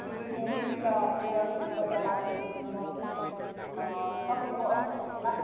म मेडिका हस्पिटलबाट बात गर्दैछु म अँ तपाईँको